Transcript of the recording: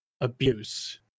abuse